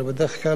הרי בדרך כלל,